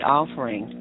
offering